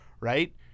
right